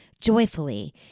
joyfully